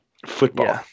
Football